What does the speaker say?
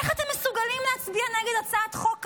איך אתם מסוגלים להצביע נגד הצעת חוק כזו?